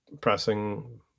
pressing